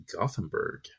Gothenburg